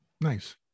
nice